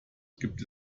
gibt